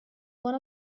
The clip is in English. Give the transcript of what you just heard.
one